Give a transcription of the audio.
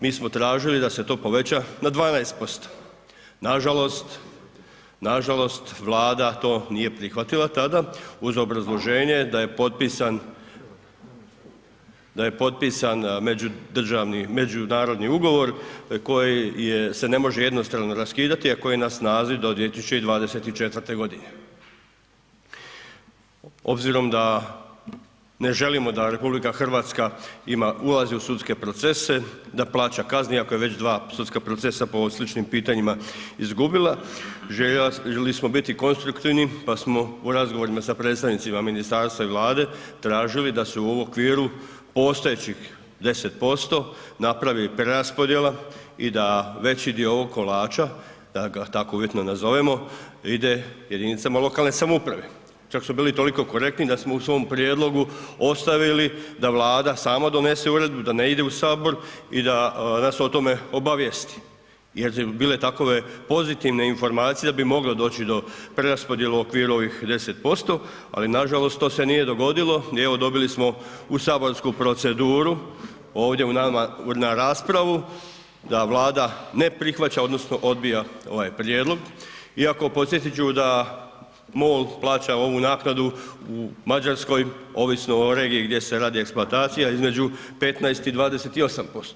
Mi smo tražili da se to poveća na 12%, nažalost, Vlada to nije prihvatila tada uz obrazloženje da je potpisan međunarodni ugovor koji se ne može jednostavno raskidati, a koji je na snazi do 2024.g. Obzirom da ne želimo da RH ulazi u sudske procese, da plaća kazne iako je već dva sudska procesa po sličnim pitanjima izgubila, željeli smo biti konstruktivni, pa smo u razgovorima sa predstavnicima ministarstva i Vlade tražili da se u okviru postojećih 10% napravi preraspodjela i da veći dio ovog kolača, da ga tako uvjetno nazovemo, ide jedinicama lokalne samouprave, čak su bili i toliko korektni da smo u svom prijedlogu ostavili da Vlada sama donese uredbu, da ne ide u HS i da se o tome obavijesti jel su bile takove pozitivne informacije da bi moglo doći do preraspodjele u okviru ovih 10%, ali nažalost, to se nije dogodilo i evo dobili smo u saborsku proceduru, ovdje nama na raspravu, da Vlada ne prihvaća odnosno odbija ovaj prijedlog iako podsjetit ću da MOL plaća ovu naknadu u Mađarskoj ovisno o regiji gdje se radi eksploatacija između 15 i 28%